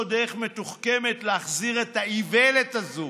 דרך מתוחכמת להחזיר את האיוולת הזו,